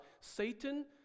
Satan